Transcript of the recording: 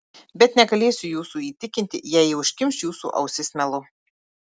bet negalėsiu jūsų įtikinti jei ji užkimš jūsų ausis melu